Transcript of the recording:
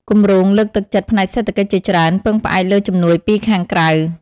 គម្រោងលើកទឹកចិត្តផ្នែកសេដ្ឋកិច្ចជាច្រើន ពឹងផ្អែកលើជំនួយពីខាងក្រៅ។